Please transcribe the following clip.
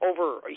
over